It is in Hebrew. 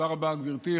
תודה רבה, גברתי.